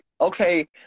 okay